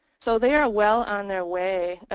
so they are well on their way